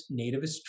nativist